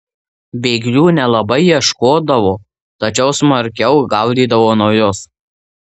bėglių nelabai ieškodavo tačiau smarkiau gaudydavo naujus